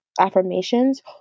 affirmations